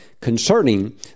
concerning